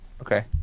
okay